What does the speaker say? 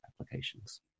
applications